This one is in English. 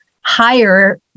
higher